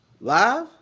Live